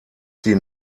sie